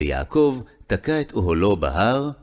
ויעקב תקע את אוהולו בהר.